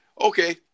Okay